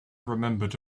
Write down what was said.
remembered